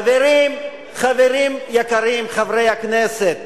חברים יקרים, חברי הכנסת,